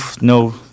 no